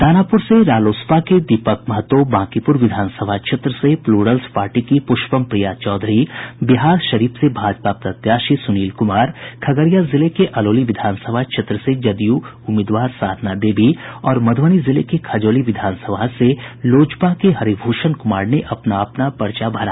दानापुर से रालोसपा से दीपक महतो बांकीपुर विधानसभा क्षेत्र से प्लुरल्स पार्टी की प्रष्पम प्रिया चौधरी बिहारशरीफ से भाजपा प्रत्याशी सुनील कुमार खगड़िया जिले के अलौली विधानसभा क्षेत्र से जदयू उम्मीदवार साधना देवी और मधुबनी जिले के खजौली विधानसभा से लोजपा के हरिभूषण कुमार ने अपना अपना पर्चा भरा